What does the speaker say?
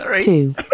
two